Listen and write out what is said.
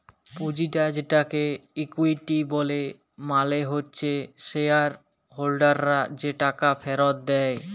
পুঁজিটা যেটাকে ইকুইটি ব্যলে মালে হচ্যে শেয়ার হোল্ডাররা যে টাকা ফেরত দেয়